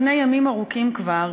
לפני ימים ארוכים כבר,